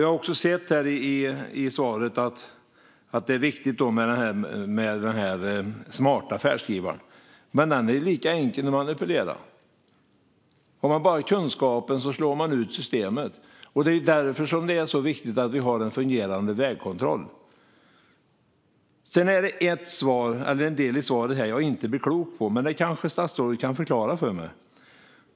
Jag har också förstått av svaret att det är viktigt med den smarta färdskrivaren. Men den är lika enkel att manipulera. Har man bara kunskapen slår man ut systemet. Det är därför som det är så viktigt att vi har en fungerande vägkontroll. Sedan är det en del av svaret som jag inte blir klok på, men detta kanske statsrådet kan förklara för mig.